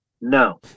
No